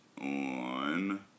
on